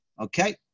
Okay